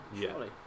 surely